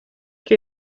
che